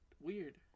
Weird